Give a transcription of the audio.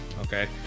okay